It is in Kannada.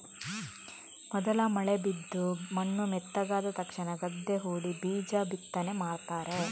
ಮೊದಲ ಮಳೆ ಬಿದ್ದು ಮಣ್ಣು ಮೆತ್ತಗಾದ ತಕ್ಷಣ ಗದ್ದೆ ಹೂಡಿ ಬೀಜ ಬಿತ್ತನೆ ಮಾಡ್ತಾರೆ